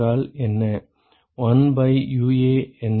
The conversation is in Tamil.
1 பை UA என்ன